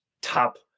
Top